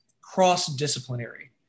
cross-disciplinary